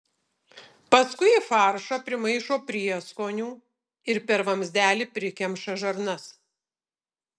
paskui į faršą primaišo prieskonių ir per vamzdelį prikemša žarnas